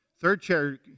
Third-chair